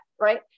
right